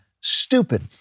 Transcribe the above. stupid